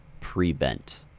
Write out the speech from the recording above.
pre-bent